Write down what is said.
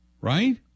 Right